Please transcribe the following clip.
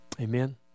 Amen